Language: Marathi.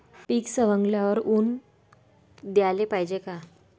पीक सवंगल्यावर ऊन द्याले पायजे का?